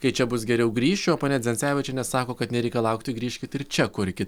kai čia bus geriau grįšiu o ponia dzencevičienė sako kad nereikia laukti grįžkit ir čia kurkit